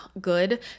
good